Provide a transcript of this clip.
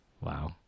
Wow